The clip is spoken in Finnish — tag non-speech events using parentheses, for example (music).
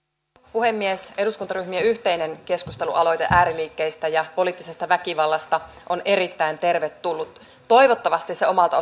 puhemies eduskuntaryhmien yhteinen keskustelualoite ääriliikkeistä ja poliittisesta väkivallasta on erittäin tervetullut toivottavasti se omalta (unintelligible)